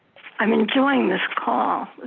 i'm enjoying this call.